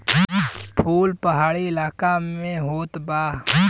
फूल पहाड़ी इलाका में होत बा